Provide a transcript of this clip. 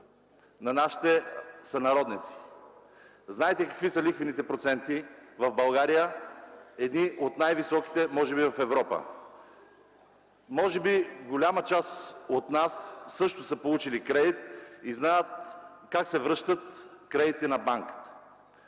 на нашите сънародници. Знаете какви са лихвените проценти в България – едни от най-високите в Европа. Може би голяма част от нас също са получили кредит и знаят как се връщат кредити на банките.